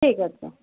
ঠিক আছে